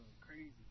crazy